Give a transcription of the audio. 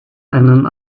einen